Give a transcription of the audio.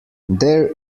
there